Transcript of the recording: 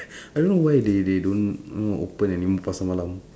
I don't know why they they don't know open anymore pasar malam